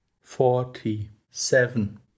forty-seven